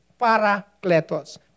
Parakletos